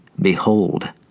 Behold